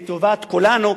לטובת כולנו,